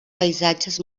paisatges